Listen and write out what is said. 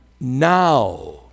now